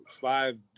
Five